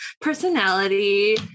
personality